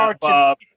Bob